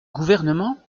gouvernement